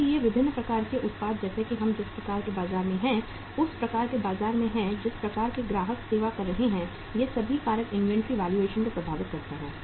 इसलिए विभिन्न प्रकार के उत्पाद जैसे कि हम जिस प्रकार के बाजार में हैं उस प्रकार के बाजार में हैं जिस प्रकार के ग्राहक सेवा कर रहे हैं ये सभी कारक इन्वेंट्री वैल्यूएशन को प्रभावित करते हैं